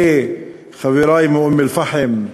ולחברי מאום-אלפחם,